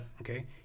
Okay